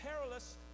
perilous